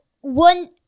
one